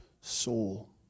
soul